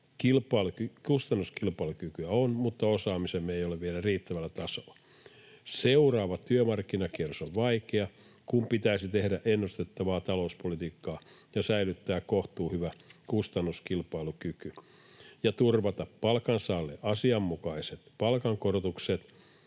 Kustannuskilpailukykyä on, mutta osaamisemme ei ole vielä riittävällä tasolla. Seuraava työmarkkinakierros on vaikea, kun pitäisi tehdä ennustettavaa talouspolitiikkaa ja säilyttää kohtuuhyvä kustannuskilpailukyky ja turvata palkansaajille asianmukaiset palkankorotukset